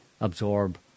absorb